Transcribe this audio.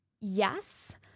yes